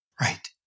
Right